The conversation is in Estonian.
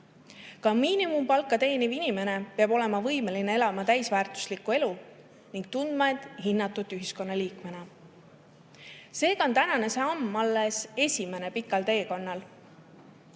Ka miinimumpalka teeniv inimene peab olema võimeline elama täisväärtuslikku elu ning tundma end hinnatud ühiskonnaliikmena. Seega on tänane samm alles esimene pikal teekonnal. Üldise